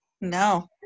no